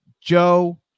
Joe